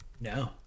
No